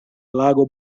lago